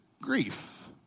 grief